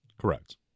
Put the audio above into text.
Correct